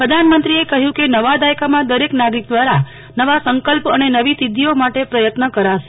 પ્રધાનમંત્રીએ કહ્યુ કે નવા દાયકામાં દરેક નાગરિક દ્રારા નવા સંકલ્પ અને નવી સિધ્ધીઓ માટે પ્રયત્ન કરાશે